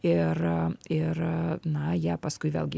ir ir na jie paskui vėlgi